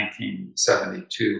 1972